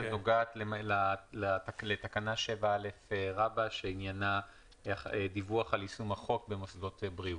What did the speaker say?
נוגעת לתקנה 7א שעניינה דיווח על יישום החוק במוסדות בריאות.